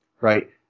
right